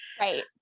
Right